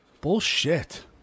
Bullshit